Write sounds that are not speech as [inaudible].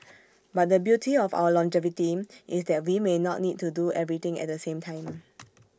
but the beauty of our longevity is that we may not need to do everything at the same time [noise]